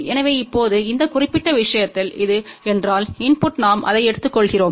எனவே இப்போது இந்த குறிப்பிட்ட விஷயத்தில் இது என்றால் இன்புட் நாம் அதை எடுத்துக்கொள்கிறோம்